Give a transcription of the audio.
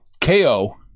KO